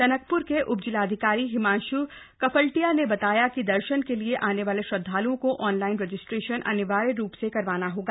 टनकप्र के उपजिलाधिकारी हिमांश् कफलटिया ने बताया कि दर्शन के लिए आने वाले श्रदधालुओं को ऑनलाइन रजिस्ट्रेशन अनिवार्य रूप से करवाना होगा